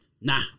Nah